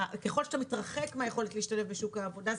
ככל שאתה מתרחק מהיכולת להשתלב בשוק העבודה,